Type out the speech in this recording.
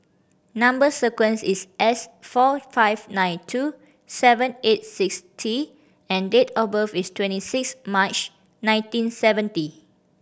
number sequence is S four five nine two seven eight six T and date of birth is twenty six March nineteen seventy